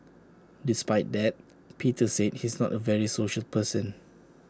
despite that Peter said he's not A very social person